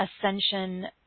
ascension